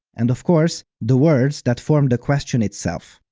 and of course, the words that form the question itself.